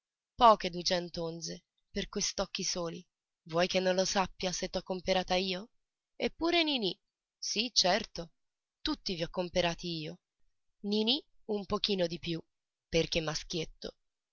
poche duecent'onze per quest'occhi soli vuoi che non lo sappia se t'ho comperata io e pure ninì sì certo tutti vi ho comperati io ninì un pochino di più perché maschietto